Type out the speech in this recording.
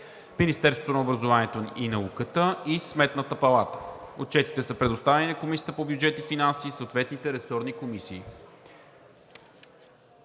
Министерството на образованието и науката и Сметната палата. Отчетите са предоставени на Комисията по бюджет и финанси и съответните ресорни комисии.